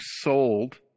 sold